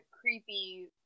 creepy